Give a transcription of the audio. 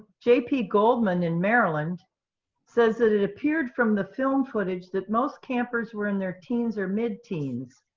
jp goldman in maryland says that it appeared from the film footage that most campers were in their teens or mid-teens.